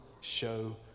show